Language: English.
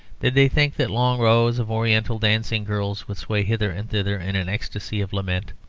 did they think that long rows of oriental dancing-girls would sway hither and thither in an ecstasy of lament?